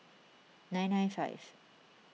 nine nine five